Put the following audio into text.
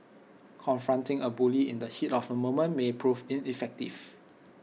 confronting A bully in the heat of the moment may prove ineffective